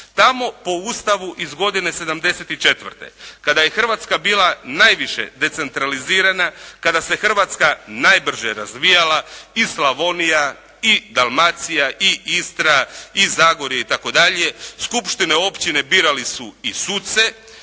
Tamo po Ustavu iz godine '74. kada je Hrvatska bila najviše decentralizirana, kada se Hrvatska najbrže razvijala i Slavonija i Dalmacija i Istra i Zagorje itd. Skupštine općine birali su i suce